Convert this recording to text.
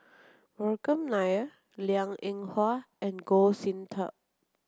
Vikram Nair Liang Eng Hwa and Goh Sin Tub